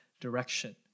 direction